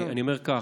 אני אומר כך: